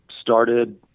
started